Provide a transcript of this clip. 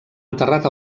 enterrat